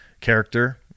character